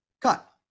cut